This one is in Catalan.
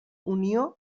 unió